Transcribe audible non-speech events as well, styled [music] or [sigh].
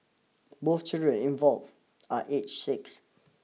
[noise] both children involved are age six